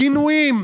גינויים?